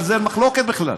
על זה אין מחלוקת בכלל,